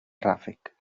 ràfec